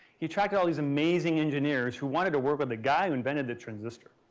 he attracted all these amazing engineers who wanted to work with the guy who invented the transistor.